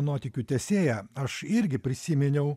nuotykių tęsėją aš irgi prisiminiau